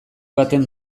baten